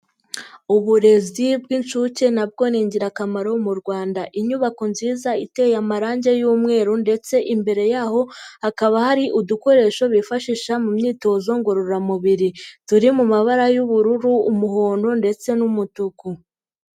Uburezi bw'inshuke na bwo ni ingirakamaro mu Rwanda, inyubako nziza iteye amarange y'umweru ndetse imbere y'aho hakaba hari udukoresho bifashisha mu myitozo ngororamubiri turi mu mabara y'ubururu, umuhondo ndetse n'umutuku.